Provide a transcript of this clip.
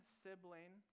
sibling